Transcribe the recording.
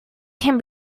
can